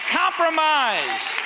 compromise